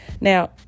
Now